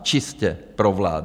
Čistě provládní.